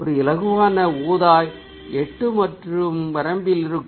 ஒரு இலகுவான ஊதா 8 மற்றும் வரம்பில் இருக்கும்